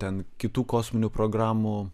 ten kitų kosminių programų